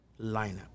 lineup